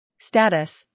Status